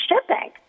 shipping